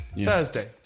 Thursday